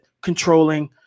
controlling